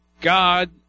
God